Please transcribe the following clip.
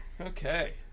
Okay